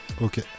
Ok